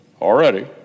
already